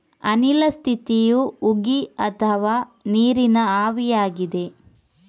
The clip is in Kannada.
ಅನಿಲ ಸ್ಥಿತಿಯು ಉಗಿ ಅಥವಾ ನೀರಿನ ಆವಿಯಾಗಿದೆ